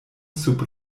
sub